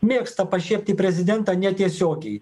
mėgsta pašiepti prezidentą netiesiogiai